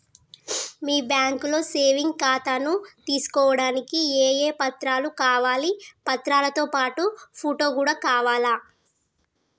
మీ బ్యాంకులో సేవింగ్ ఖాతాను తీసుకోవడానికి ఏ ఏ పత్రాలు కావాలి పత్రాలతో పాటు ఫోటో కూడా కావాలా?